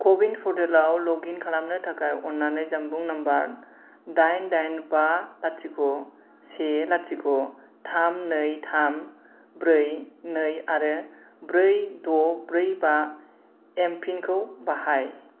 क' विन पर्टेलाव लग इन खालामनो थाखाय अन्नानै जानबुं नम्बर दाइन दाइन बा लाथिख' से लाथिख' थाम नै थाम ब्रै नै आरो ब्रै द' ब्रै बा एमपिन खौ बाहाय